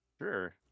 Sure